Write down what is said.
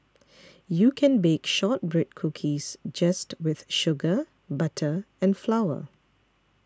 you can bake Shortbread Cookies just with sugar butter and flour